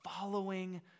following